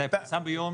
זה יצא ביום